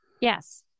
Yes